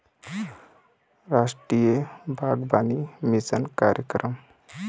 रास्टीय बागबानी मिसन कार्यकरम